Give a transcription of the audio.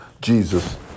jesus